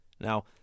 Now